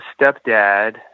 stepdad